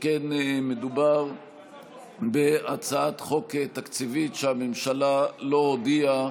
שכן מדובר בהצעת חוק תקציבית, והממשלה לא הודיעה